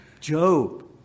Job